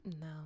No